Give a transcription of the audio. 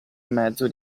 mezzo